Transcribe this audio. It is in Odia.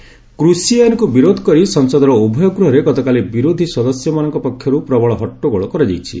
ସଂସଦ ମୁଲତବୀ କୁଷି ଆଇନ୍କୁ ବିରୋଧ କରି ସଂସଦର ଉଭୟ ଗୃହରେ ଗତକାଲି ବିରୋଧୀ ସଦସ୍ୟମାନଙ୍କ ପକ୍ଷରୁ ପ୍ରବଳ ହଟ୍ଟଗୋଳ କରାଯାଇଛି